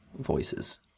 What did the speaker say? voices